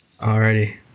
Alrighty